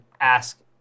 ask